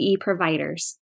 providers